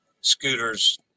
scooters